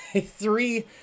three